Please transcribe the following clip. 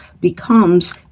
becomes